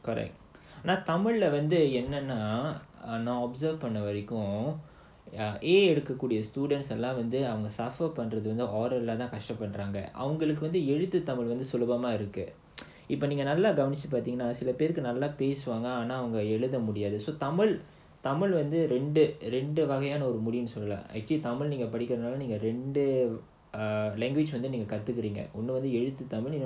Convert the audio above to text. correct ஆனா தமிழ்ல வந்து என்னனா நான்:aanaa tamilla vandhu ennanaa naan observed பண்ண வரைக்கும்:panna varaikkum a எடுக்குற:edukkura students லாம் வந்து:laam vandhu suffer பண்றது கஷ்டப்படறாங்க அவங்களுக்கு எழுத்து தமிழ் வந்து சுலபமா இருக்கு இப்போ நீங்க நல்லா கவனிச்சு பார்த்தீங்கன்னா சில பேரு நல்லா பேசுவாங்க ஆனா எழுத முடியாது தமிழ் வந்து ரெண்டு வகையான மொழின்னு சொல்லலாம் தமிழ் நீங்கபடுகிறதால ரெண்டு வந்து கத்துக்குறீங்க ஒன்னு வந்து பேச்சுத்தமிழ் இன்னொன்னு வந்து எழுத்து தமிழ்:pandrathu kashtapadraanga avangalukku eluthu tamil vandhu sulabamaa irukku ippo neenga kavanichi paartheenganaa sila peru nallaa pesuvaanga aanaa elutha mudiyaathu tamil vandhu rendu vagaiyaana molinu sollalaam tamil neenga padikkirathaala rendu vandhu kathukkureenga onnu vandhu pechutamil innonnu vandhu eluthu tamil